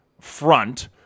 front